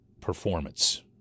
performance